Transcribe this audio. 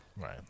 right